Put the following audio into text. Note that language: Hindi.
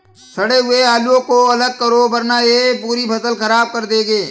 सड़े हुए आलुओं को अलग करो वरना यह पूरी फसल खराब कर देंगे